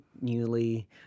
newly